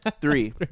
Three